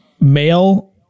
male